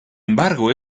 embargo